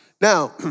Now